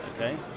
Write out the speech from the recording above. okay